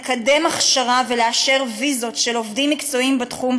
לקדם הכשרה ולאשר ויזות של עובדים מקצועיים בתחום,